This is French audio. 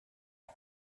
nom